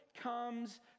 comes